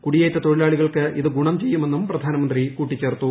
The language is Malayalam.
കുടിയേറ്റ തൊഴിലാളികൾക്ക് ഇത് ഗുണം ചെയ്യുമെന്നും പ്രധാനമന്ത്രി കൂട്ടിച്ചേർത്തു